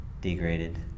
degraded